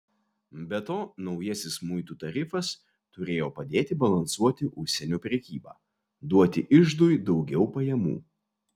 be to naujasis muitų tarifas turėjo padėti balansuoti užsienio prekybą duoti iždui daugiau pajamų